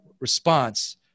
response